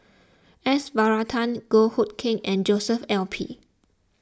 S Varathan Goh Hood Keng and Joshua L P